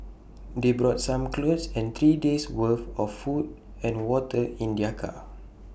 they brought some clothes and three days worth of food and water in their car